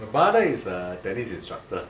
her mother is a tennis instructor